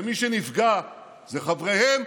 ומי שנפגע זה חבריהם,